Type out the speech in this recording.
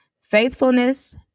faithfulness